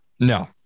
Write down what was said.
No